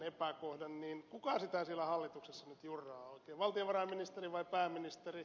kuka sitä siellä hallituksessa nyt jurraa oikein valtiovarainministeri vai pääministeri